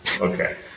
Okay